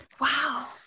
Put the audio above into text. Wow